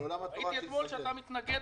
ראיתי אתמול שאתה מתנגד,